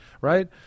right